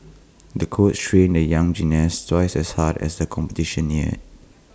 the coach trained the young gymnast twice as hard as the competition neared